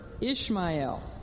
Ishmael